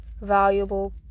valuable